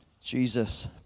Jesus